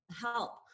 help